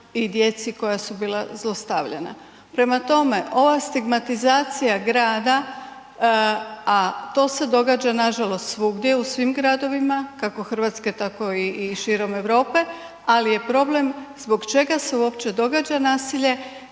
i djeci koja su bila zlostavljana. Prema tome, ova stigmatizacija grada a to se događa nažalost svugdje, u svim gradovima kako Hrvatske tako i širom Europe ali je problem zbog čega se uopće događa nasilje,